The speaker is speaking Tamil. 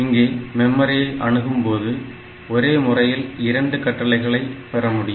இங்கே மெமரியை அணுகும்போது ஒரே முறையில் இரண்டு கட்டளைகளை பெறமுடியும்